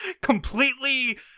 completely